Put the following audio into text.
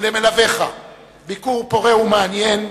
ולמלוויך ביקור פורה ומעניין.